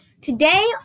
Today